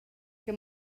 que